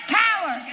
power